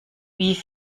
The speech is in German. wie